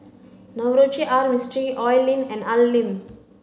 Navroji R Mistri Oi Lin and Al Lim